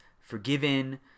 forgiven